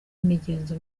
imigenzo